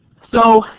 so,